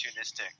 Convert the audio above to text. opportunistic